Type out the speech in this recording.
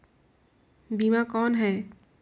बीमा कौन है?